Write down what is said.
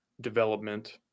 development